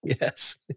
Yes